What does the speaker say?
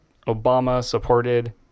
Obama-supported